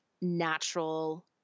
natural